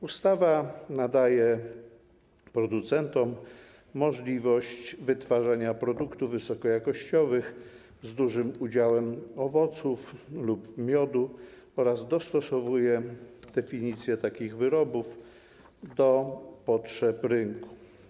Ustawa daje producentom możliwość wytwarzania produktów wysokojakościowych z dużym udziałem owoców lub miodu oraz dostosowuje definicje takich wyrobów do potrzeb rynku.